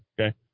okay